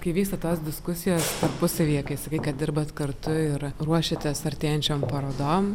kai vyksta tos diskusijos tarpusavyje kai sakai kad dirbat kartu ir ruošiatės artėjančiom parodom